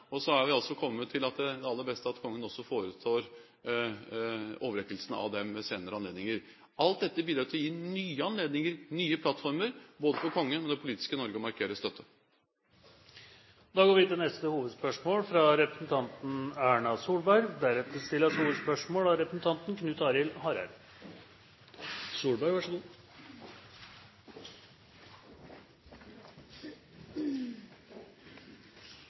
og så har vi altså kommet til at det er aller best at kongen også foretar overrekkelsen av Krigskorset ved senere anledninger. Alt dette bidrar til å gi nye anledninger, nye plattformer, for både kongen og det politiske Norge til å markere støtte. Vi går videre til neste hovedspørsmål.